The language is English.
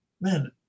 man